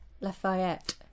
Lafayette